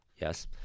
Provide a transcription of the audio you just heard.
Yes